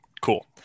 Cool